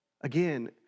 Again